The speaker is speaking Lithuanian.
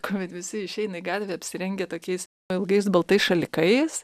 kuomet visi išeina į gatvę apsirengę tokiais ilgais baltais šalikais